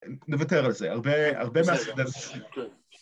נוותר על זה, הרבה, הרבה...